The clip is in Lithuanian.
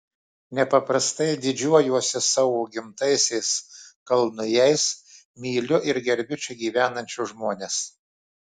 nepaprastai didžiuojuosi savo gimtaisiais kalnujais myliu ir gerbiu čia gyvenančius žmones